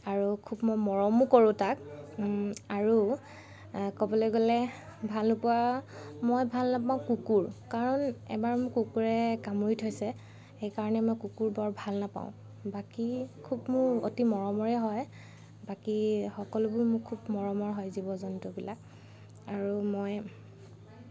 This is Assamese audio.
আৰু খুব মই মৰমো কৰোঁ তাক আৰু কবলৈ গ'লে ভাল নোপোৱা মই ভাল নাপাওঁ কুকুৰ কাৰণ এবাৰ মোক কুকুৰে কামুৰি থৈছে সেইকাৰণে মই কুকুৰ বৰ ভাল নাপাওঁ বাকী খুব মোৰ অতি মৰমৰে হয় বাকী সকলোবোৰ মোৰ খুব মৰমৰ হয় জীৱ জন্তুবিলাক আৰু মই